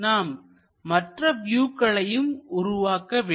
நாம் மற்ற வியூக்களையும் உருவாக்க வேண்டும்